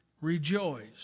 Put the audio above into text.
Rejoice